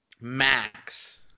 max